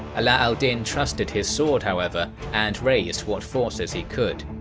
ala al-din trusted his sword however, and raised what forces he could.